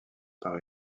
par